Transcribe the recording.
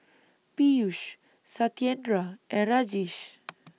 Peyush Satyendra and Rajesh